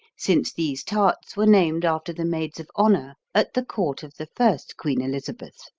since these tarts were named after the maids of honor at the court of the first queen elizabeth.